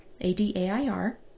a-d-a-i-r